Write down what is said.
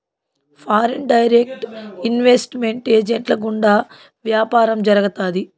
foreign direct investment ఏజెంట్ల గుండా వ్యాపారం జరుగుతాది